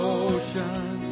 ocean